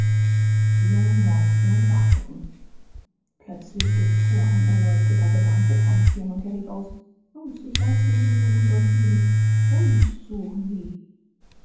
die jungen horchten und warteten plötzlich durchfuhr ein erleuchteter gedanke toms hirn und er rief aus jungs ich weiß wen sie suchen dort drüben uns suchen sie